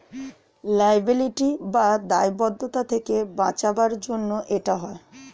liability বা দায়বদ্ধতা থেকে বাঁচাবার জন্য এটা হয়